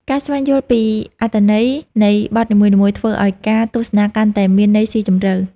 ការស្វែងយល់ពីអត្ថន័យនៃបទនីមួយៗ ធ្វើឱ្យការទស្សនាកាន់តែមានន័យស៊ីជម្រៅ។